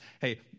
Hey